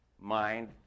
mind